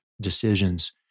decisions